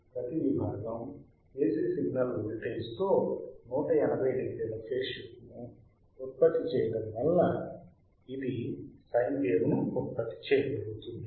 ప్రతి విభాగం AC signal voltage తో 1800 ల ఫేజ్ షిఫ్ట్ ని ఉత్పత్తి చేయటం వల్లి వల్ల ఇది సైన్ వేవ్ ని ఉత్పత్తి చేయగలుగుతుంది